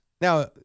Now